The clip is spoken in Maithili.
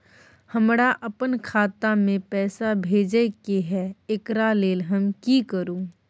हमरा अपन खाता में पैसा भेजय के है, एकरा लेल हम की करू?